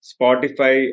Spotify